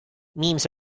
memes